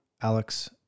Alex